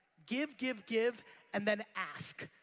give, give, give and then ask.